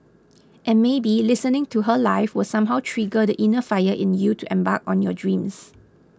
and maybe listening to her live will somehow trigger the inner fire in you to embark on your dreams